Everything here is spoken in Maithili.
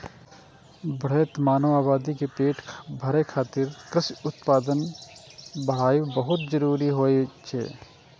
बढ़ैत मानव आबादी के पेट भरै खातिर कृषि उत्पादन बढ़ाएब बहुत जरूरी होइ छै